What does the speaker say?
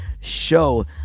show